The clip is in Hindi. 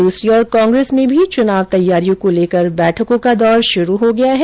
दूसरी ओर कांग्रेस में भी चुनाव तैयारियों को लेकर बैठकों का दौर शुरू हो गया है